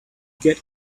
get